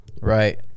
Right